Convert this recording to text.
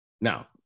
Now